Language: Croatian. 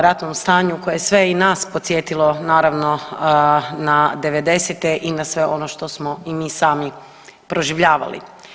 Ratnom stanju koje je sve i nas podsjetilo naravno na '90.-te i na sve ono što smo i mi sami proživljavali.